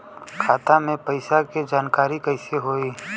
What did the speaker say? खाता मे पैसा के जानकारी कइसे होई?